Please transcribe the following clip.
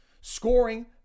scoring